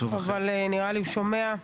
אבל נראה לי שומע,